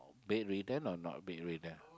bedridden or not bedridden